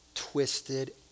twisted